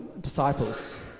disciples